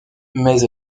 mais